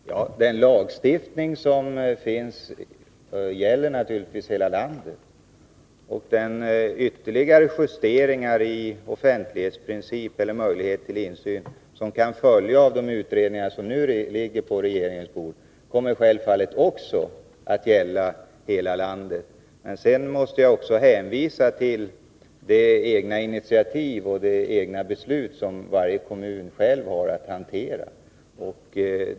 Herr talman! Den lagstiftning som finns gäller naturligtvis hela landet. Och de ytterligare justeringar i offentlighetsprincipen eller möjligheter till insyn som kan följa av de utredningar som nu ligger på regeringens bord, kommer självfallet också att gälla hela landet. Men sedan måste jag också hänvisa till de egna initiativ och de egna beslut som varje kommun själv har att stå för.